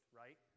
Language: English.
right